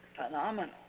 phenomenal